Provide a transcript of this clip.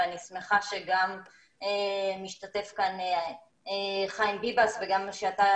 אני שמחה שגם משתתף כאן חיים ביבס ושגם אתה,